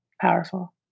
Powerful